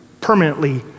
permanently